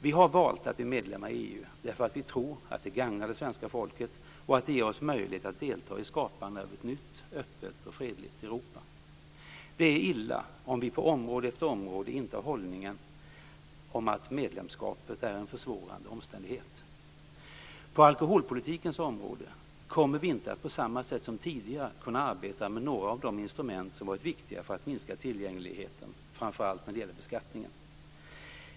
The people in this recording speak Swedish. Vi har valt att bli medlemmar i EU därför att vi tror att det gagnar det svenska folket och att det ger oss möjlighet att delta i skapandet av ett nytt, öppet och fredligt Europa. Det är illa om vi på område efter område intar hållningar om att medlemskapet är en försvårande omständighet. På alkoholpolitikens område kommer vi inte att på samma sätt som tidigare kunna arbeta med några av de instrument som varit viktiga för att minska tillgängligheten, framför allt när det gäller beskattningen.